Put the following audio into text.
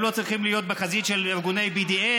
לא צריכים להיות בחזית של ארגוני BDS,